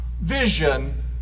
vision